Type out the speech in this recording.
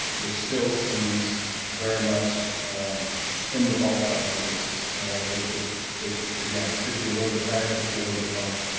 which still seems very much in the ballpark, at least it it it again could be a little bit higher. could be a little bit lower,